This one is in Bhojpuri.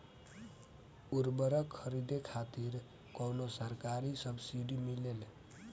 उर्वरक खरीदे खातिर कउनो सरकारी सब्सीडी मिलेल?